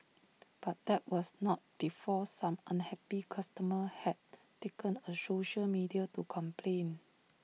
but that was not before some unhappy customers had taken A social media to complain